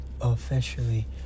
officially